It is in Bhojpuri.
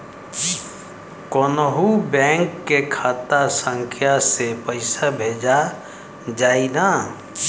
कौन्हू बैंक के खाता संख्या से पैसा भेजा जाई न?